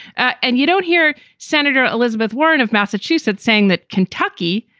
ah and you don't hear senator elizabeth warren of massachusetts saying that kentucky,